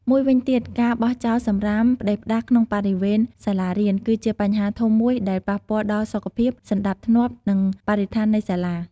មួយវិញទៀតការបោះចោលសំរាមផ្តេសផ្តាសក្នុងបរិវេណសាលារៀន គឺជាបញ្ហាធំមួយដែលប៉ះពាល់ដល់សុខភាព សណ្តាប់ធ្នាប់ និងបរិស្ថាននៃសាលា។